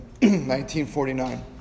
1949